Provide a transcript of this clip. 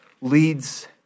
leads